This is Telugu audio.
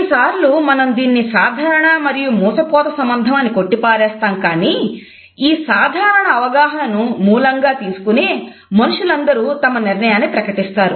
కొన్నిసార్లు మనం దీన్ని సాధారణ మరియు మూసపోత సంబంధం అని కొట్టి పారేస్తాం కానీ ఈ సాధారణ అవగాహనను మూలంగా తీసుకొనే మనుషులందరూ తమ నిర్ణయాన్ని ప్రకటిస్తారు